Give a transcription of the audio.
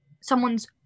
someone's